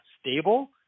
stable